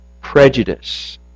prejudice